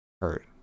hurt